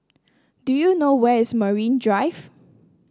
do you know where is Marine Drive